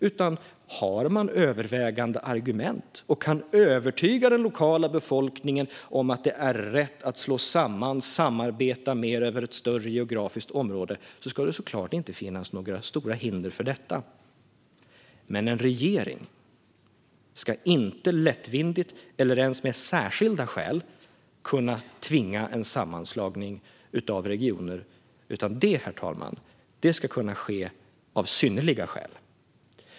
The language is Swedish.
Om man har övertygande argument och kan övertyga den lokala befolkningen om att det är rätt att slå samman och samarbeta mer över ett större geografiskt område ska det såklart inte finnas några stora hinder för detta. Men en regering ska inte lättvindigt eller ens med särskilda skäl kunna tvinga fram en sammanslagning av regioner. Det, herr talman, ska kunna ske av synnerliga skäl.